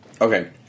Okay